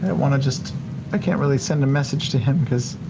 want to just i can't really send a message to him because